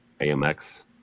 AMX